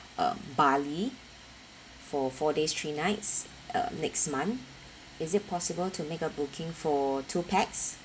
uh bali for four days three nights uh next month is it possible to make a booking for two pax